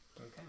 okay